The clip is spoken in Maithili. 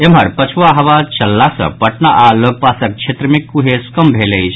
एम्हर पछुवा हवा चलला सँ पटना आओर लग पासक क्षेत्र मे कुहेस कम भेल अछि